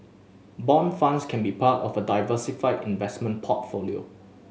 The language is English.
bond funds can be part of a diversified investment portfolio